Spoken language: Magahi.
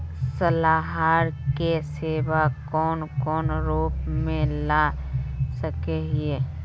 सलाहकार के सेवा कौन कौन रूप में ला सके हिये?